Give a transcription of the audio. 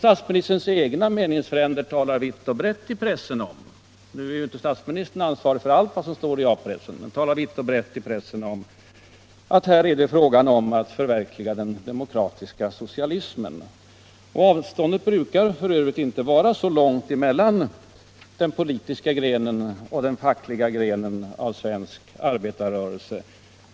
Statsministerns egna meningsfränder talar vitt och brett i pressen — nu är ju inte statsministern ansvarig för allt som står i A-pressen — om att det här är fråga om att förverkliga Avståndet brukar f. ö. inte vara så långt mellan den politiska grenen och den fackliga grenen av svensk arbetarrörelse.